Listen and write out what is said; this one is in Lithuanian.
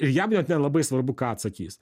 ir jam net nelabai svarbu ką atsakys